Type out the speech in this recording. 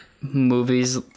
movies